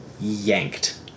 yanked